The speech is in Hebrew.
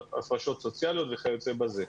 הפרשות סוציאליות וכיוצא בזה.